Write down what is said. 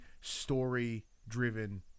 story-driven